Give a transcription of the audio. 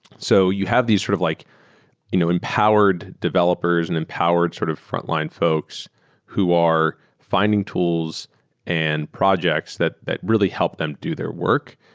so you have these sort of like you know empowered developers and empowered sort of frontline folks who are finding tools and projects that that really help them do their work.